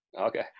Okay